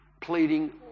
pleading